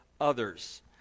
others